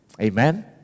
Amen